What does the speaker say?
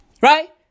Right